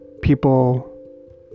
people